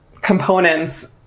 components